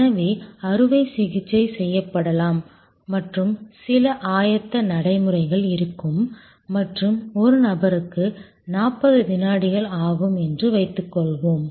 எனவே அறுவை சிகிச்சை செய்யப்படலாம் மற்றும் சில ஆயத்த நடைமுறைகள் இருக்கும் மற்றும் ஒரு நபருக்கு 40 வினாடிகள் ஆகும் என்று வைத்துக்கொள்வோம்